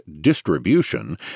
distribution